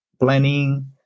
planning